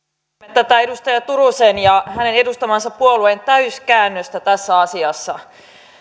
tätä edustaja turusen ja hänen edustamansa puolueen täyskäännöstä tässä asiassa